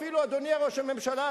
אדוני ראש הממשלה,